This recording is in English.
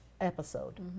episode